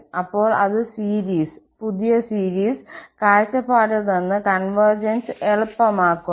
അപ്പോൾ അത് സീരീസ് പുതിയ സീരീസ് കാഴ്ചപ്പാടിൽ നിന്ന് കോൺവെർഗെൻസ് എളുപ്പമാക്കുന്നു